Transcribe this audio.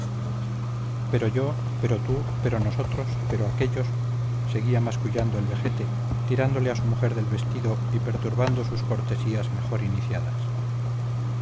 pero yo pero tú pero nosotros pero aquéllos seguía mascullando el vejete tirándole a su mujer del vestido y perturbando sus cortesías mejor iniciadas